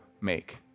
make